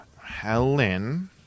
Helen